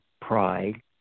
pride